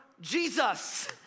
Jesus